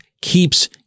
keeps